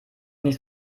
nicht